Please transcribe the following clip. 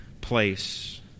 place